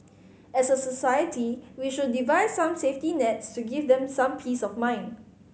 as a society we should devise some safety nets to give them some peace of mind